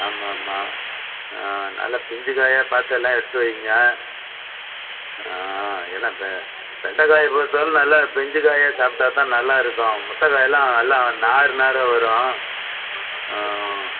ஆமாம்மா ஆ நல்ல பிஞ்சுக்காயா பார்த்து எல்லாம் எடுத்து வையுங்க ஆ என்ன வெண்டைக்காய பொறுத்தளவு நல்லா பிஞ்சுக்காயா சாப்பிட்டா தான் நல்லா இருக்கும் முத்தல் காயெல்லாம் எல்லாம் நார் நாராக வரும் ஆ